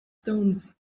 stones